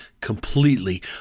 completely